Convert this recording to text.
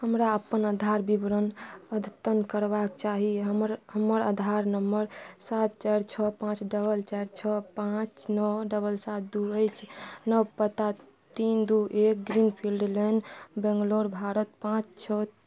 हमरा अपन आधार विवरण अद्यतन करबाक चाही हमर हमर आधार नम्बर सात चारि छओ पाँच डबल चारि छओ पाँच नओ डबल सात दुइ अछि नव पता तीन दुइ एक green field lane Bengaluru Bharat पाँच छओ